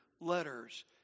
letters